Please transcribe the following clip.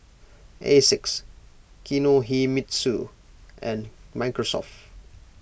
Asics Kinohimitsu and Microsoft